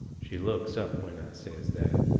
she looks up when i says that,